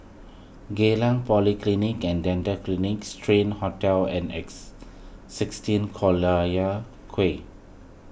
Geylang Polyclinic and Dental Clinic Strand Hotel and X sixteen Collyer Quay